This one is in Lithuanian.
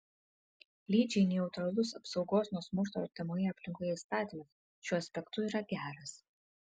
lyčiai neutralus apsaugos nuo smurto artimoje aplinkoje įstatymas šiuo aspektu yra geras